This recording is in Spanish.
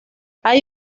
hay